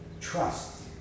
trust